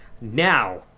Now